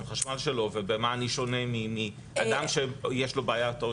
חשמל שלו ובמה אני שונה מאדם שיש לו בעיה,